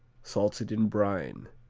salted in brine.